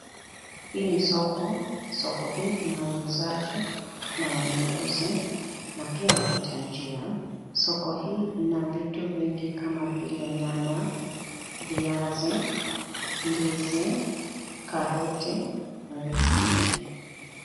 Hii ni soko. Soko hii ina wauzaji na wanunuzi na pia wapita njia. Soko hii ina vitu vingi kama vile nyanya, viazi, ndizi, karoti na vitu vingi.